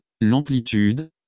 l'amplitude